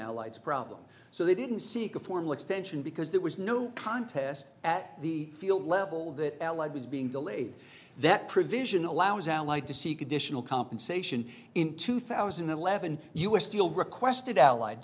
allied problem so they didn't seek a formal extension because there was no contest at the field level that allied was being delayed that provision allows our like to seek additional compensation in two thousand and eleven you were still requested allied